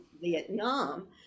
Vietnam